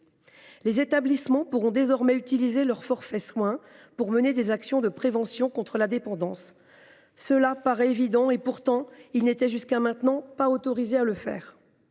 Les établissements pourront désormais utiliser leur forfait soins pour mener des actions de prévention contre la dépendance. Cela paraît évident et, pourtant, ils n’étaient jusqu’à maintenant pas autorisés à le faire.